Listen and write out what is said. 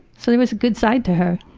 so that was a good side to her.